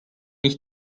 ich